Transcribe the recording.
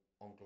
on